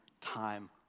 time